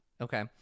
okay